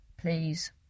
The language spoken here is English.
please